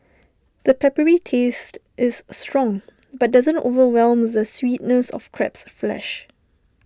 the peppery taste is strong but doesn't overwhelm the sweetness of crab's flesh